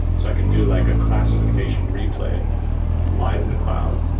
so i can do like a classification replay live in the cloud.